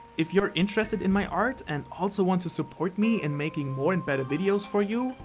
if you are interested in my art and also want to support me in making more and better videos for you,